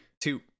two